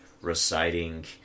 reciting